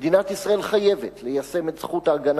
מדינת ישראל חייבת ליישם את זכות ההגנה